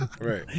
Right